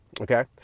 Okay